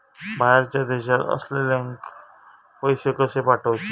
बाहेरच्या देशात असलेल्याक पैसे कसे पाठवचे?